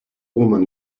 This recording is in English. woman